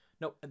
No